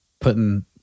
putting